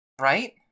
Right